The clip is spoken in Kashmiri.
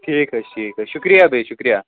ٹھیٖک حظ چھِ ٹھیٖک حظ چھِ شُکریہِ بیٚیہِ شُکریہِ